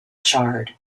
charred